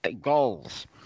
goals